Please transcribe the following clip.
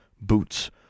boots